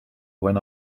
when